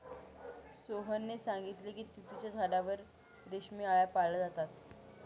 सोहनने सांगितले की तुतीच्या झाडावर रेशमी आळया पाळल्या जातात